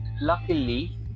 Luckily